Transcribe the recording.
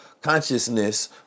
consciousness